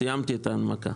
סיימתי את ההנמקה.